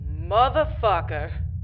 motherfucker